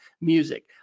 music